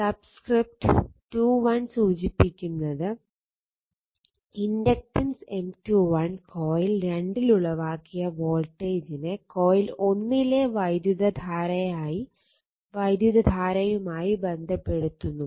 subscript 2 1 സൂചിപ്പിക്കുന്നത് inductance M21 coil 2 ൽ ഉളവാക്കിയ വോൾട്ടേജിനെ കോയിൽ 1 ലെ വൈദ്യുതധാരയുമായി ബന്ധപ്പെടുത്തുന്നു